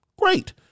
Great